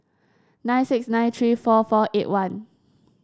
nine six nine three four four eight one